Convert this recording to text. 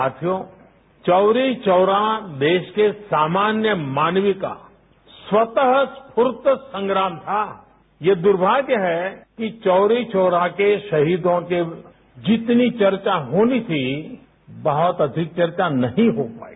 साथियों चौरी चौरा देश के सामान्य मानवीय का स्वतरू स्फूर्त संग्राम ये दुर्माग्य है कि चौरी चौरा के शहीदों की जितनी चर्चा होनी थी बहुत अधिक चर्चा नहीं रो पाई